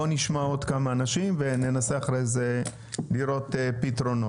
בואו נשמע עוד כמה אנשים וננסה אחרי זה לראות פתרונות.